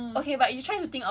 we are trying to propose but